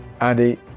andy